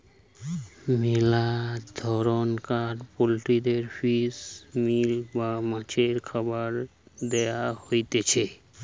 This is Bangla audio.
মেলা ধরণকার পোল্ট্রিদের ফিশ মিল বা মাছের খাবার দেয়া হতিছে